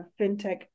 fintech